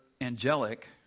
angelic